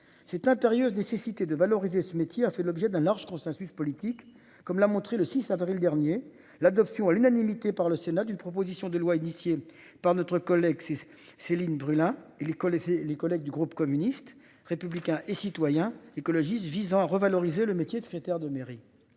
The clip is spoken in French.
Cette impérieuse nécessité de valoriser ce métier a fait l'objet d'un large consensus politique comme l'a montré le 6 avril dernier l'adoption à l'unanimité par le Sénat d'une proposition de loi initiée par notre collègue 6 Céline Brulin, il connaissait les collègues du groupe communiste républicain et citoyen écologiste visant à revaloriser le métier de secrétaire de mairie.